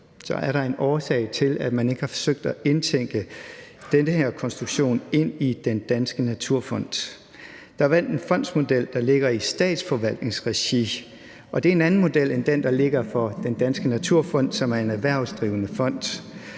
Så er der en årsag til, at man ikke har forsøgt at tænke den her konstruktion ind i Den Danske Naturfond? Der vandt en fondsmodel, der ligger i statsforvaltningsregi, og det er en anden model end den, der ligger for Den Danske Naturfond, som er en erhvervsdrivende fond.